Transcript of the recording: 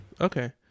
Okay